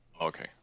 Okay